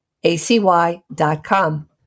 acy.com